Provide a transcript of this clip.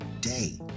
day